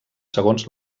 segons